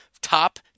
Top